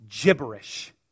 gibberish